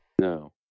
no